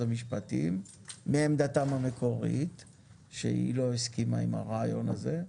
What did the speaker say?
המשפטים מעמדתם המקורית שלא הסכימה עם הרעיון הזה,